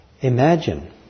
Imagine